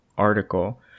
article